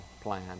plan